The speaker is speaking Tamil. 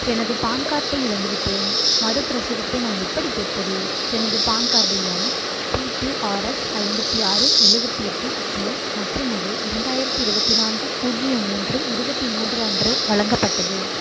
எனது பான் கார்டை இழந்துவிட்டேன் மறுபிரசுரத்தை நான் எப்படி கேட்பது எனது பான் கார்டு எண் பி க்யூ ஆர் எஸ் ஐம்பத்தி ஆறு எழுபத்தி எட்டு ஜி மற்றும் அது இரண்டாயிரத்தி இருபத்தி நான்கு பூஜ்ஜியம் மூன்று இருபத்தி மூன்று அன்று வழங்கப்பட்டது